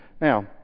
Now